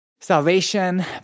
salvation